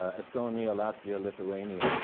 ah estonia, latvia, lithuania,